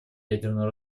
ядерного